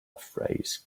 phrase